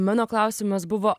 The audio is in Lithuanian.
mano klausimas buvo